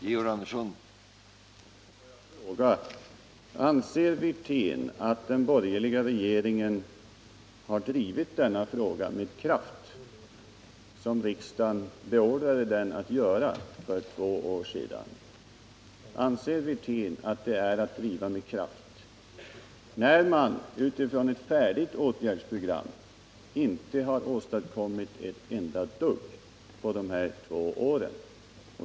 Herr talman! Får jag fråga: Anser Rolf Wirtén att den borgerliga regeringen har drivit denna fråga med kraft, vilket riksdagen beordrade den att göra för två år sedan? Anser Rolf Wirtén att det är att driva frågan med kraft, när man utifrån ett färdigt åtgärdsprogram inte har åstadkommit ett enda dugg på de här två åren?